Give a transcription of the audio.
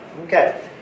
Okay